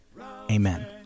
Amen